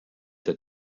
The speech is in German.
der